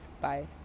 Bye